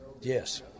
Yes